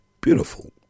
beautiful